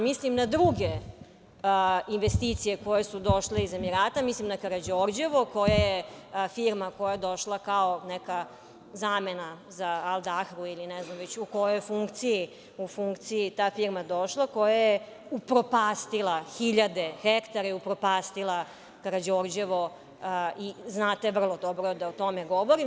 Mislim na druge investcije koje su došle iz Emirata, mislim na Karađorđevo, koja je firma koja je došla kao neka zamena za Al Dahru ili ne znam već u kojoj funkciji je ta firma došla, koja je upropastila hiljade hektara i upropastila Karađorđevo i znate vrlo dobro da o tome govorim.